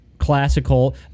classical